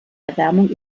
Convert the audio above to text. erwärmung